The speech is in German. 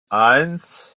eins